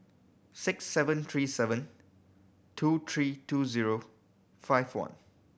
six seven three seven two three two zero five one